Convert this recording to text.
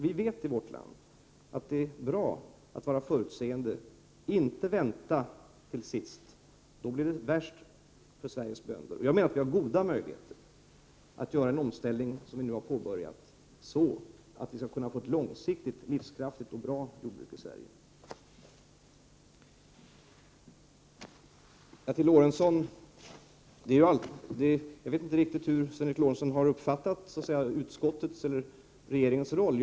Vi vet att det är bra att vara förutseende och att man inte skall vänta till sist. Om vi gjorde det, skulle det bli värst för Sveriges bönder. Jag menar att vi har goda möjligheter att fullfölja den omställning som vi nu har påbörjat för att på det sättet få ett långsiktigt, livskraftigt och bra jordbruk. Jag vet inte riktigt hur Sven Eric Lorentzon har uppfattat utskottets resp. regeringens roll.